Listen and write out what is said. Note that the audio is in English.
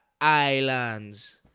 islands